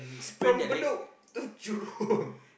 from Bedok to Jurong